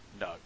No